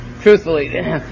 truthfully